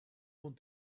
want